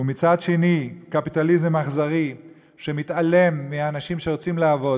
ומצד שני קפיטליזם אכזרי שמתעלם מהאנשים שרוצים לעבוד,